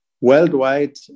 Worldwide